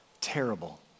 terrible